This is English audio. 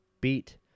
beat